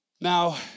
Now